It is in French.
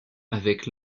avec